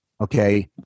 okay